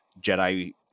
Jedi